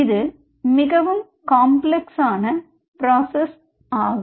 இது மிகவும் காம்ப்ளக்ஸ் ஆன பிராசஸ் ஆகும்